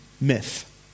myth